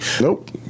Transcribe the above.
Nope